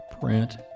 print